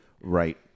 Right